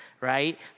right